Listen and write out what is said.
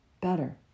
better